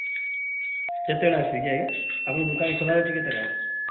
କେତେବେଳେ ଆସିବି କି ଆଜ୍ଞା ଆପଣ ଦୋକାନ ଖୋଲା ରହୁଛି କେତେ ଟାଇମ୍